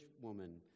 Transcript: woman